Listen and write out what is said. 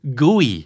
gooey